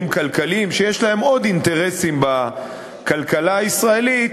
כלכליים שיש להם עוד אינטרסים בכלכלה הישראלית,